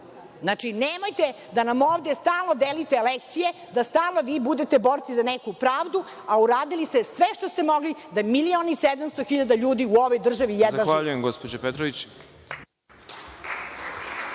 godina. Znači, nemojte da nam ovde stalno delite lekcije, da stalno vi budete borci za neku pravdu, a uradili ste sve što ste mogli da milion i 700 hiljada ljudi u ovoj državi jedva živi.